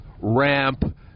ramp